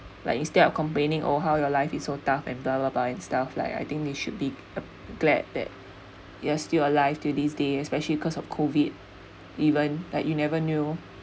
like instead of complaining oh how your life is so tough and bla bla bla and stuff like I think they should be glad that you are still alive to this day especially cause of COVID even like you never knew